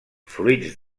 fruits